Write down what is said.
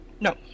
No